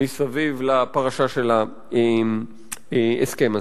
מסביב לפרשה של ההסכם הזה.